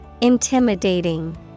Intimidating